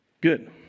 Good